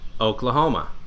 Oklahoma